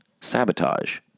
sabotage